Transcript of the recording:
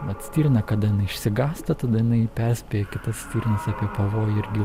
vat stirna kada jinai išsigąsta tada jinai perspėja kitas stirnas apie pavojų irgi